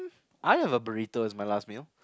I'll have a burrito as my last meal